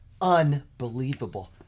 unbelievable